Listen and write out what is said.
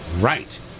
right